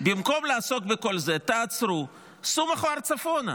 במקום לעסוק בכל זה, עצרו, סעו מחר צפונה.